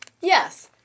Yes